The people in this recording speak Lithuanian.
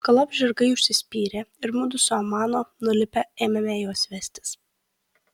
galop žirgai užsispyrė ir mudu su amano nulipę ėmėme juos vestis